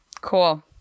Cool